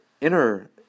inner